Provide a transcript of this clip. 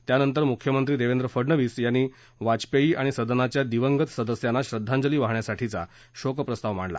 त्यानंतर मुख्यमंत्री देवेंद्र फडनवीस यांनी वाजपेयी आणि सदनाच्या दिवंगत सदस्यांना श्रद्धांजली वाहण्यासाठीचा शोक प्रस्ताव मांडला